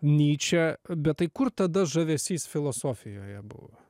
nyčę bet tai kur tada žavesys filosofijoje buvo